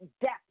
depth